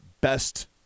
best